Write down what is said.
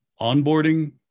onboarding